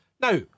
Now